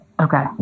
Okay